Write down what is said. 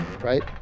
right